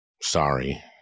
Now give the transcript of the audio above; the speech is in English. Sorry